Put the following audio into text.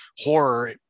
horror